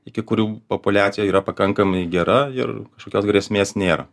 iki kurių populiacija yra pakankamai gera ir kažkokios grėsmės nėra